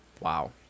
Wow